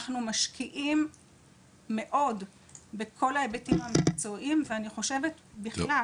אנחנו משקיעים מאוד בכל ההיבטים המקצועיים ואני חושבת בכלל